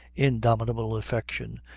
indomitable affection,